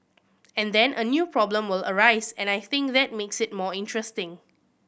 and then a new problem will arise and I think that makes it more interesting